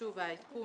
העדכון